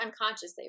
unconsciously